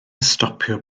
stopio